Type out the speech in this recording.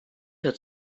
had